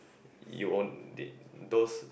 you on~ they those